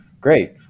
great